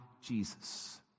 Jesus